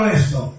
esto